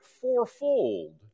fourfold